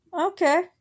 Okay